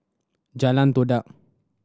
Jalan Todak